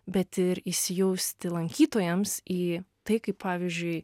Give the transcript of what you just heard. bet ir įsijausti lankytojams į tai kaip pavyzdžiui